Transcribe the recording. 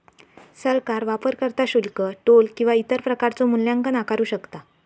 सरकार वापरकर्ता शुल्क, टोल किंवा इतर प्रकारचो मूल्यांकन आकारू शकता